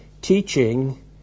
teaching